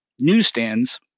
newsstands